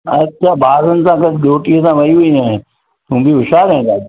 अच्छा ॿारनि सां गॾु ॾोहटी सां वई हुईअं तूं बि होशियारु आईं ॾाढी